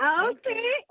Okay